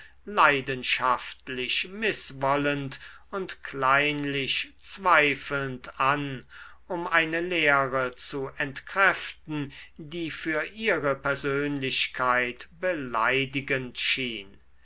leidenschaftlich mißwollend und kleinlich zweifelnd an um eine lehre zu entkräften die für ihre persönlichkeit beleidigend schien